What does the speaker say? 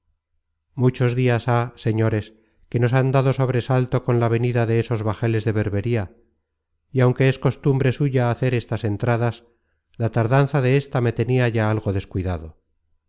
muchos dias há señores que nos dan sobresalto con la venida de esos bajeles de berbería y aunque es costumbre suya hacer estas entradas la tardanza de esta me tenia ya algo descuidado